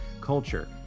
culture